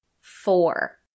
Four